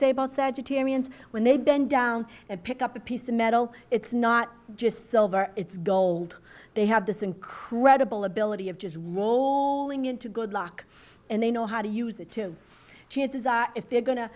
say about that determines when they bend down and pick up a piece of metal it's not just silver it's gold they have this incredible ability of jazz rolling in to good luck and they know how to use it to chances are if they're going to